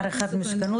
מסוכנות,